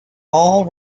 all